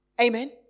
Amen